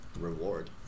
reward